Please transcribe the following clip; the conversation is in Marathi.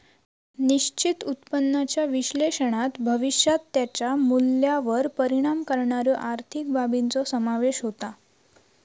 निश्चित उत्पन्नाच्या विश्लेषणात भविष्यात त्याच्या मूल्यावर परिणाम करणाऱ्यो आर्थिक बाबींचो समावेश होता